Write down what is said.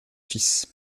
fils